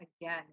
again